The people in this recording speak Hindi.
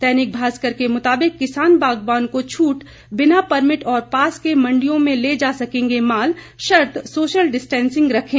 दैनिक भास्कर के मुताबिक किसान बागवान को छूट बिना परमिट और पास के मंडियों में ले जा सकेंगे माल शर्त सोशल डिस्टैंसिंग रखें